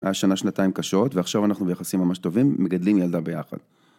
שנה שנתיים קשות ועכשיו אנחנו ביחסים ממש טובים מגדלים ילדה ביחד.